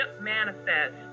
manifest